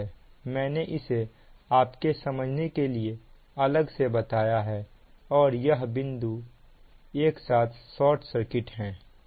मैंने इसे आपके समझने के लिए अलग से बताया है और यह 2 बिंदु एक साथ शॉर्ट सर्किट हैं